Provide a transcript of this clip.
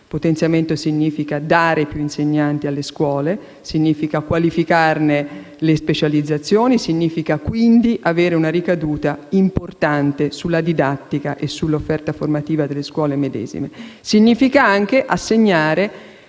Potenziamento significa dare più insegnanti alle scuole, qualificarne le specializzazioni e quindi avere una ricaduta importante sulla didattica e sull'offerta formativa delle scuole medesime; significa anche assegnare